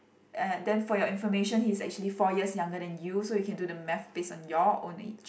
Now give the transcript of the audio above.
eh then for your information he's actually four years younger than you so you can do the math based on your own age